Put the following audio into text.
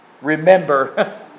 Remember